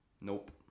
nope